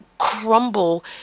crumble